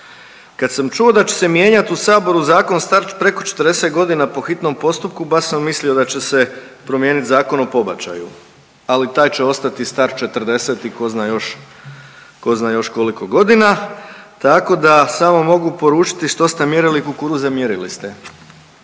Kad sam čuo da će se mijenjat u saboru zakon star preko 40.g. po hitnom postupku baš sam mislio da će se promijenit Zakon o pobačaju, ali taj će ostati star 40 i ko zna još, ko zna još koliko godina, tako da samo mogu poručiti što ste mjerili kukuruze mjerili ste.